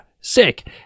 sick